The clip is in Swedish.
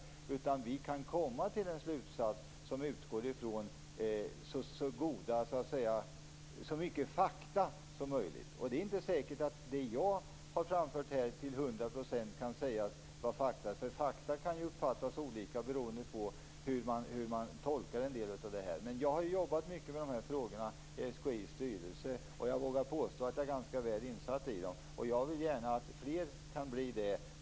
Då kan vi komma till en slutsats som utgår från så mycket fakta som möjligt. Det är inte säkert att det som jag har framfört här till hundra procent kan sägas vara fakta. Fakta kan ju uppfattas olika beroende på hur man tolkar en del av detta. Men jag har jobbat mycket med dessa frågor i SKI:s styrelse. Och jag vågar påstå att jag är ganska väl insatt i dem. Jag vill gärna att fler blir det.